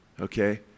okay